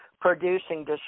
producing